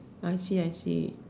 I see I see